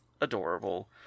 adorable